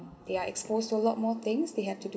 they're exposed to a lot more things they have to